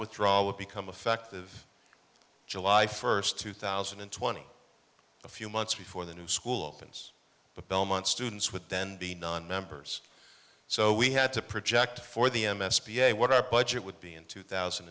withdrawal would become effective july first two thousand and twenty a few months before the new school opens but belmont students would then be non members so we had to project for the m s p a what our budget would be in two thousand